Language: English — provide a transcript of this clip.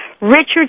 Richard